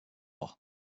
there